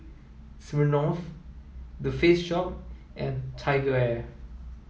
Smirnoff The Face Shop and TigerAir